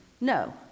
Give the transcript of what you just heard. no